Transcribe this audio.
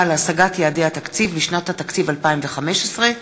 להשגת יעדי התקציב לשנת התקציב 2015),